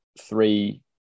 three